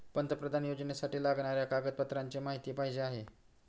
पंतप्रधान योजनेसाठी लागणाऱ्या कागदपत्रांची माहिती पाहिजे आहे